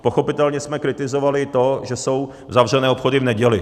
Pochopitelně jsme kritizovali to, že jsou zavřené obchody v neděli.